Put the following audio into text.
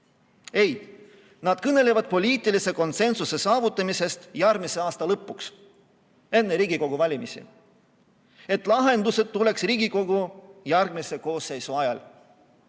Ei, nad kõnelevad poliitilise konsensuse saavutamisest järgmise aasta lõpuks, enne Riigikogu valimisi, et lahendused tuleks Riigikogu järgmise koosseisu ajal.